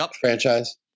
franchise